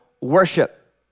worship